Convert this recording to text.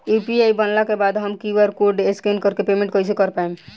UPI बनला के बाद हम क्यू.आर कोड स्कैन कर के पेमेंट कइसे कर पाएम?